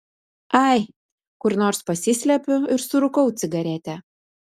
ai kur nors pasislepiu ir surūkau cigaretę